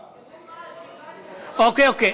אוקיי.